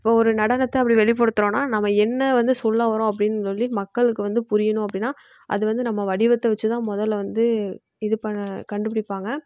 இப்போ ஒரு நடனத்தை அப்படி வெளிப்படுத்துகிறோன்னா நம்ம என்ன வந்து சொல்ல வரோம் அப்படினு சொல்லி மக்களுக்கு வந்து புரியணும் அப்படினா அது வந்து நம்ம வடிவத்தை வச்சு தான் முதல்ல வந்து இது பண்ண கண்டுபிடிப்பாங்க